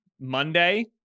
Monday